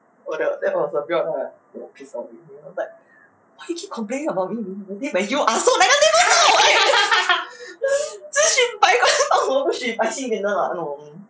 oh the that was a period of time I got pissed of him I was like why you keep complaining about me being negative when you are so negative